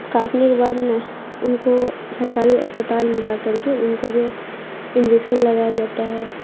کاٹنے کے بعد نہ ان کو سرکاری اسپتال لے جا کر کے ان کو جو انجیکشن لگایا جاتا ہے